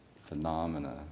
phenomena